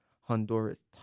Honduras